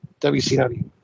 WCW